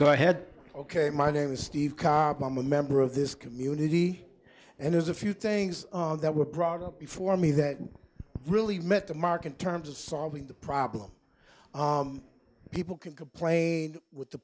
go ahead ok my name is steve cobb i'm a member of this community and there's a few things that were brought up before me that really met the mark in terms of solving the problem people can complain with the